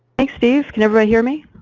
thanks steve. can everybody hear me?